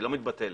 אינה מתבטלת.